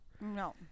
No